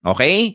Okay